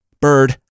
bird